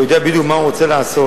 והוא יודע בדיוק מה הוא רוצה לעשות.